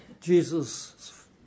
Jesus